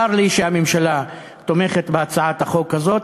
צר לי שהממשלה תומכת בהצעת החוק הזאת,